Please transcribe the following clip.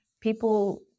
people